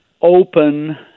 open